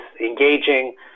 engaging